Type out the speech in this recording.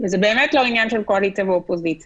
וזה באמת לא עניין של קואליציה ואופוזיציה.